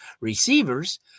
receivers